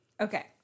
Okay